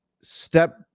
step